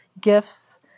gifts